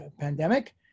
pandemic